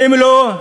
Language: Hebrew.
ואם לא,